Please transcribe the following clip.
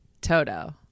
Toto